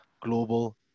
global